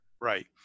right